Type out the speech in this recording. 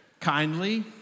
kindly